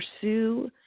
pursue